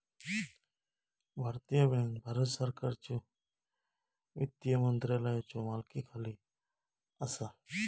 भारतीय बँक भारत सरकारच्यो वित्त मंत्रालयाच्यो मालकीखाली असा